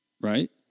right